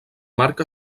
marc